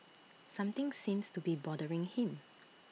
something seems to be bothering him